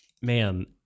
man